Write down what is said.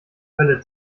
hölle